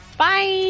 Bye